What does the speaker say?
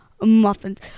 muffins